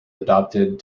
adopted